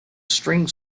string